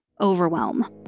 overwhelm